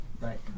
right